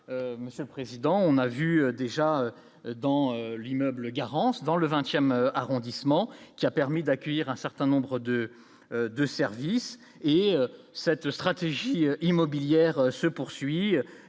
monsieur le président, on a vu déjà dans l'immeuble Garance dans le 20ème arrondissement qui a permis d'accueillir un certain nombre de de services et cette stratégie immobilière se poursuit,